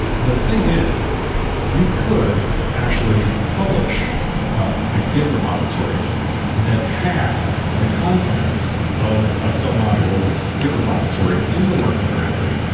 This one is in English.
the thing is you could actually publish a ah git repository that had the contents of a sub-module's git repository in the working directory.